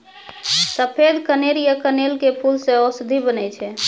सफेद कनेर या कनेल के फूल सॅ औषधि बनै छै